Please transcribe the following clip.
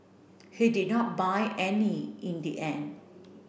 he did not buy any in the end